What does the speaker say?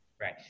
Right